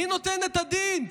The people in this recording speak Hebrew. מי נותן את הדין?